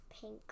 pink